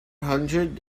hundred